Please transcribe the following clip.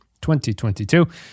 2022